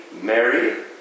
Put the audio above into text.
Mary